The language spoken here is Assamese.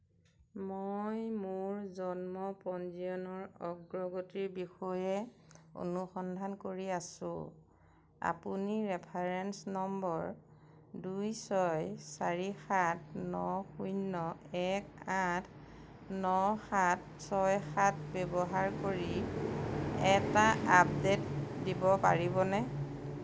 মই মোৰ জন্ম পঞ্জীয়নৰ অগ্ৰগতিৰ বিষয়ে অনুসন্ধান কৰি আছোঁ আপুনি ৰেফাৰেন্স নম্বৰ দুই ছয় চাৰি সাত ন শূন্য এক আঠ ন সাত ছয় সাত ব্যৱহাৰ কৰি এটা আপডেট দিব পাৰিবনে